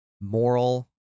moral